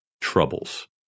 troubles